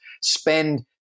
spend